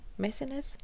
messiness